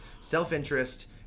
Self-interest